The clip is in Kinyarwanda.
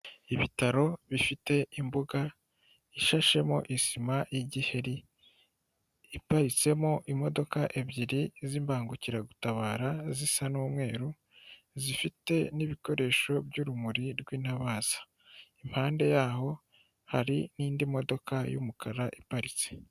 Ibitaro bifite imbuga ishashemo isima y'igiheri, iparitsemo imodoka ebyiri z'imbangukiragutabara zisa n'umweru, zifite n'ibikoresho by'urumuri rw'intabaza. Impande yaho hari n'indi modoka y'umukara iparitse.